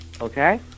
Okay